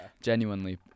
genuinely